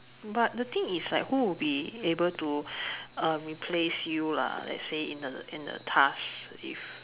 but the thing is like who will be able to uh replace you lah let's say in the in the task if